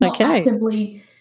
Okay